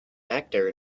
actor